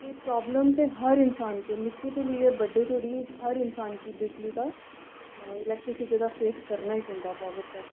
ते प्राॅब्लम ते हर इन्सान गी न निक्के तों लेइयै बड्डे धोड़ी हर इन्सान गी बिजली दा इलैक्ट्रिसिटी दा फेस करना गै पौंदा पाॅवर कट्ट